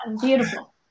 Beautiful